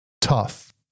tough